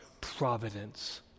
providence